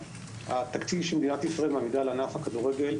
התקציב שמדינת ישראל מעמידה לענף הכדורגל,